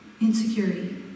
insecurity